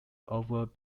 over